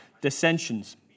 dissensions